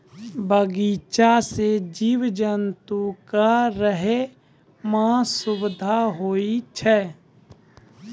बगीचा सें जीव जंतु क रहै म सुबिधा होय छै